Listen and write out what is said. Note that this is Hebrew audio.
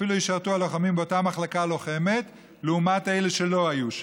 אפילו ישרתו הלוחמים באותה מחלקה לוחמת" ולעומת אלה שלא היו שם.